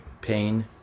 pain